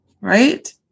Right